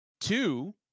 two